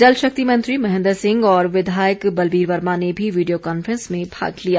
जल शक्ति मंत्री महेंद्र सिंह और विधायक बलवीर वर्मा ने भी वीडियो कांफ्रेंस में भाग लिया